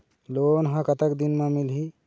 Loan ह कतक दिन मा मिलही?